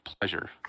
pleasure